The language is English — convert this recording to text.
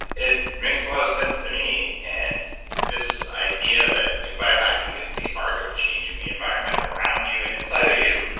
it makes a lot of sense to me and this idea that biohacking is the art of changing the environment around you and inside of you.